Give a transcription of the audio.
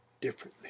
differently